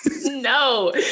no